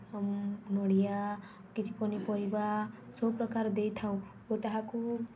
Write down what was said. ନଡ଼ିଆ କିଛି ପନିପରିବା ସବୁପ୍ରକାର ଦେଇଥାଉ ଓ ତାହାକୁ